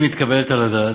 והבלתי-מתקבלת-על-הדעת,